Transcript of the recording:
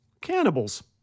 cannibals